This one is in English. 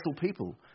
people